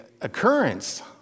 occurrence